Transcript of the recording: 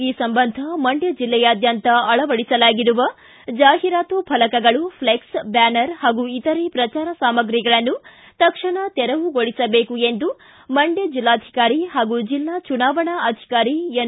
ಈ ಸಂಬಂಧ ಮಂಡ್ಯ ಜಿಲ್ಲೆಯಾದ್ಯಂತ ಅಳವಡಿಸಲಾಗಿರುವ ಜಾಹೀರಾತು ಫಲಕಗಳು ಫೈಕ್ಸೆ ಬ್ದಾನರ್ ಹಾಗೂ ಇತರೆ ಪ್ರಚಾರ ಸಾಮ್ರಿಗಳನ್ನು ತಕ್ಷಣ ತೆರವುಗೊಳಸಬೇಕು ಎಂದು ಮಂಡ್ಕ ಜಿಲ್ಲಾಧಿಕಾರಿ ಹಾಗೂ ಜಿಲ್ಲಾ ಚುನಾವಣಾ ಅಧಿಕಾರಿ ಎನ್